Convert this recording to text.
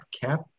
CAP